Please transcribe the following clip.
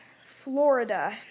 Florida